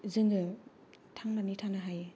जोङो थांनानै थानो हायो